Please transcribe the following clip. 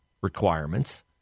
requirements